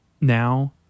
now